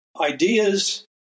ideas